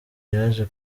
yaje